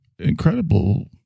Incredible